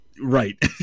right